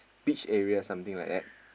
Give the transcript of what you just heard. beach area something like that